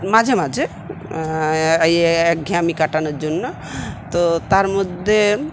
মাঝে মাঝে ইয়ে একঘেয়েমি কাটানোর জন্য তো তার মধ্যে